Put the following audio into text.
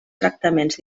tractaments